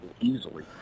easily